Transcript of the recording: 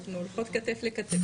ברור, אנחנו הולכות כתף לכתף.